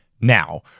Now